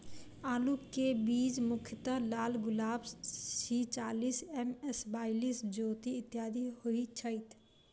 आलु केँ बीज मुख्यतः लालगुलाब, सी चालीस, एम.एस बयालिस, ज्योति, इत्यादि होए छैथ?